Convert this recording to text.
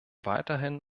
weiterhin